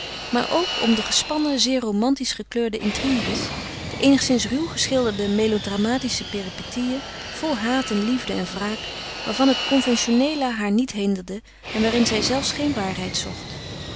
maar ook om de gespannen zeer romantisch gekleurde intrigues de eenigszins ruw geschilderde melodramatische peripetieën vol haat en liefde en wraak waarvan het conventioneele haar niet hinderde en waarin zij zelfs geen waarheid zocht